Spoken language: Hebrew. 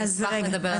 אני אשמח לדבר אחריה.